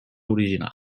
original